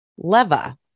Leva